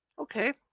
Okay